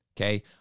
Okay